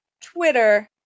twitter